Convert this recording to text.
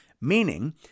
meaning